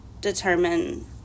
determine